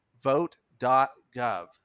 vote.gov